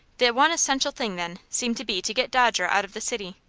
the one essential thing, then, seemed to be to get dodger out of the city.